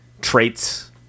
traits